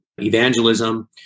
evangelism